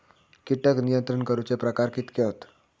कीटक नियंत्रण करूचे प्रकार कितके हत?